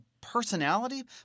personality